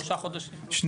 אני